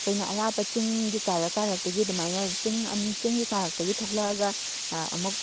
ꯑꯩꯈꯣꯏꯅ ꯑꯔꯥꯞꯄ ꯆꯤꯡꯒꯤ ꯀꯥꯔꯛ ꯀꯥꯔꯛꯇꯒꯤ ꯑꯗꯨꯃꯥꯏꯅ ꯆꯤꯡ ꯑꯅꯤ ꯆꯤꯡꯒꯤ ꯀꯥꯔꯛꯇꯒꯤ ꯊꯣꯛꯂꯛꯑꯒ ꯑꯃꯨꯛ